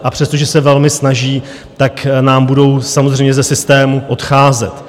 A přestože se velmi snaží, tak nám budou samozřejmě ze systému odcházet.